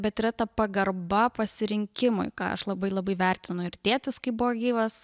bet yra ta pagarba pasirinkimui ką aš labai labai vertinu ir tėtis kai buvo gyvas